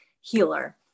healer